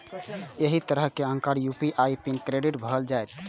एहि तरहें अहांक यू.पी.आई पिन क्रिएट भए जाएत